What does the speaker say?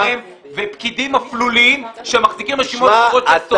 ופקידים אפלוליים שמחזיקים רשימות שחורות של סוטים.